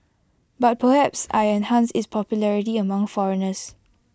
but perhaps I enhanced its popularity among foreigners